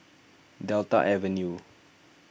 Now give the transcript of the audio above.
Delta Avenue